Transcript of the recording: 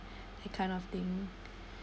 the kind of thing